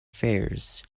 fears